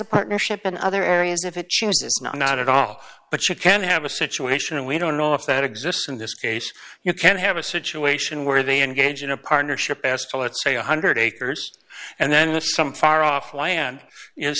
a partnership in other areas if it chooses not not at all but you can have a situation and we don't know if that exists in this case you can have a situation where they engage in a partnership as to let's say one hundred acres and then the some far off land